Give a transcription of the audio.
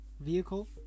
vehicle